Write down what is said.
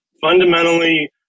fundamentally